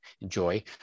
enjoy